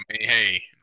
hey